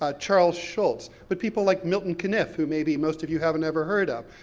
ah charles schultz, but people like milton caniff, who maybe most of you have never heard of.